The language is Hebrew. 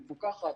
מפוקחת,